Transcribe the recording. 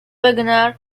wagner